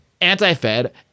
anti-Fed